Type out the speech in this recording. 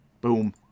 Boom